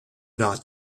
not